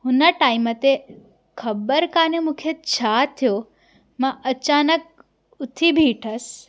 हुन टाइम ते ख़बर कोन्हे मूंखे छा थियो मां अचानक उथी ॿीठसि